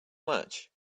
much